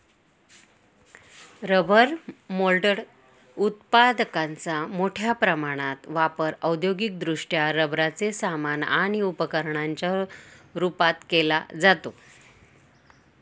rubber moulded उत्पादकांचा मोठ्या प्रमाणात वापर औद्योगिकदृष्ट्या रबराचे सामान आणि उपकरणांच्या रूपात केला जातो